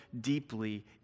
deeply